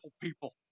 people